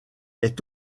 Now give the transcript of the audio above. est